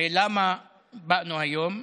הרי למה באנו היום?